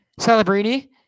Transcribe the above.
Celebrini